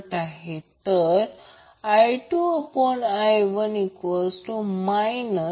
ω 1 ω2L 0 किंवा फक्त 1ω 1 ω2 LC 1ω0 2 मिळेल